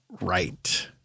Right